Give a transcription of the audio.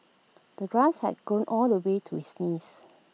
the grass had grown all the way to his knees